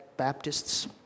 Baptists